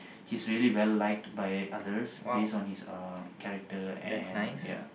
he's really very liked by others based on his uh character and ya